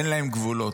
אין להם גבולות,